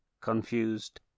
confused